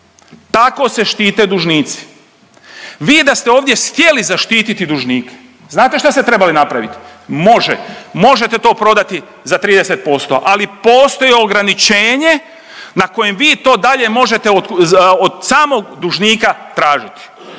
Tako se štite dužnici. Vi da ste ovdje htjeli zaštititi dužnike, znate šta ste trebali napraviti? Može, možete to prodati za 30%, ali postoji ograničenje na kojem vi to dalje možete od samog dužnika tražiti.